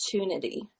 opportunity